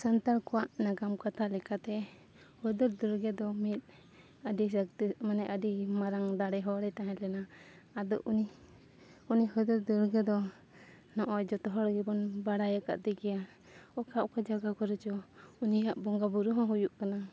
ᱥᱟᱱᱛᱟᱲ ᱠᱚᱣᱟᱜ ᱱᱟᱜᱟᱢ ᱠᱟᱛᱷᱟ ᱞᱮᱠᱟᱛᱮ ᱦᱩᱫᱩᱲ ᱫᱩᱨᱜᱟᱹ ᱫᱚ ᱢᱤᱫ ᱟᱹᱰᱤ ᱥᱚᱠᱛᱤ ᱢᱟᱱᱮ ᱟᱹᱰᱤ ᱢᱟᱨᱟᱝ ᱫᱟᱲᱮ ᱦᱚᱲᱮ ᱛᱟᱦᱮᱸ ᱞᱮᱱᱟ ᱟᱫᱚ ᱩᱱᱤ ᱦᱩᱫᱩᱲ ᱫᱩᱨᱜᱟᱹ ᱫᱚ ᱱᱚᱜᱼᱚᱭ ᱡᱚᱛᱚ ᱦᱚᱲ ᱜᱮᱵᱚᱱ ᱵᱟᱲᱟᱭ ᱟᱠᱟᱫᱮᱜᱮᱭᱟ ᱚᱠᱟ ᱚᱠᱟ ᱡᱟᱭᱜᱟ ᱠᱚᱨᱮ ᱪᱚ ᱩᱱᱤᱭᱟᱜ ᱵᱚᱸᱜᱟ ᱵᱩᱨᱩ ᱦᱚᱸ ᱦᱩᱭᱩᱜ ᱠᱟᱱᱟ